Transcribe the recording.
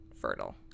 fertile